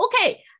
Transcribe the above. okay